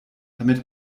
damit